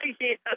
yes